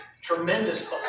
tremendous